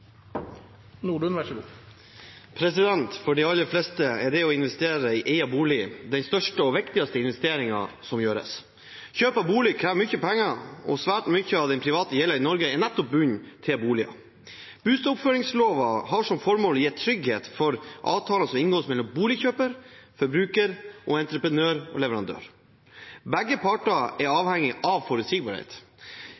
det å investere i egen bolig den største og viktigste investeringen som gjøres. Kjøp av bolig krever mye penger, og svært mye av den private gjelden i Norge er bundet til nettopp boliger. Bustadoppføringslova har som formål å gi trygghet for avtalene som inngås mellom boligkjøper/forbruker og entreprenør/leverandør. Begge parter er i tiden mellom avtaleinngåelse og overlevering av bolig avhengige av forutsigbarhet. Antageligvis er